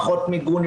פחות מיגון,